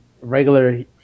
regular